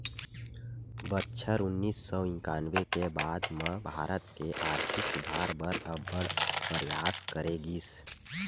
बछर उन्नीस सौ इंकानबे के बाद म भारत के आरथिक सुधार बर अब्बड़ परयास करे गिस